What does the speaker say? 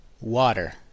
water